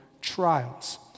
trials